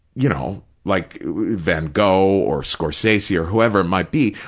you know, like van gogh or scorsese or whoever it might be,